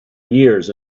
years